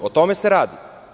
O tome se radi.